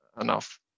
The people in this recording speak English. enough